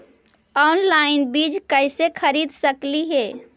Online बीज कईसे खरीद सकली हे?